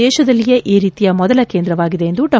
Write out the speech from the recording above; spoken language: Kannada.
ದೇಶದಲ್ಲಿಯೇ ಈ ರೀತಿಯ ಮೊದಲ ಕೇಂದ್ರವಾಗಿದೆ ಎಂದು ಡಾ